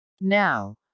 Now